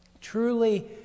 truly